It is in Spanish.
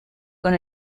con